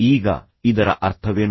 ಈಗ ಇದರ ಅರ್ಥವೇನು